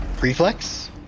Reflex